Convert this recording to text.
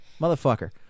Motherfucker